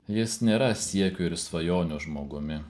jis nėra siekių ir svajonių žmogumi